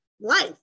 life